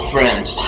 Friends